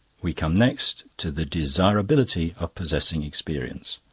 we come next to the desirability of possessing experience.